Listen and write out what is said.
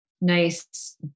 nice